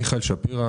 מיכאל שפירא,